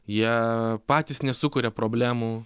jie patys nesukuria problemų